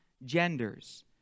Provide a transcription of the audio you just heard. Genders